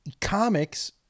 comics